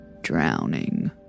Drowning